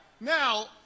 now